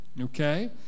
Okay